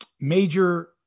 Major